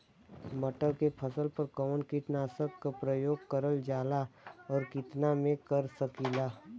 मटर के फसल पर कवन कीटनाशक क प्रयोग करल जाला और कितना में कर सकीला?